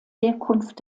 herkunft